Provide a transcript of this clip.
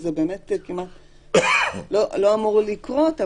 זה כמעט לא אמור לקרות,